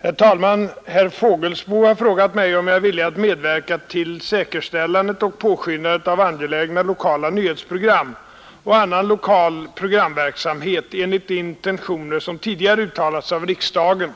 Herr talman! Herr Fågelsbo har frågat mig om jag är villig medverka till säkerställandet och påskyndandet av angelägna lokala nyhetsprogram och annan lokal programverksamhet enligt de intentioner som tidigare uttalats av riksdagen.